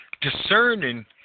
Discerning